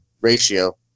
ratio